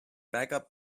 backup